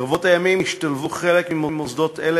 ברבות הימים השתלבו חלק ממוסדות אלה